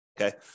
Okay